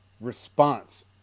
response